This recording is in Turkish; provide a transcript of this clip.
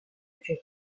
üçe